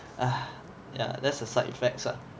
ahh yeah that's the side effects ah